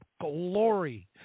glory